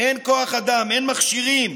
אין כוח אדם, אין מכשירים.